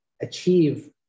achieve